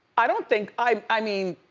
i don't think. i mean,